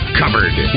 covered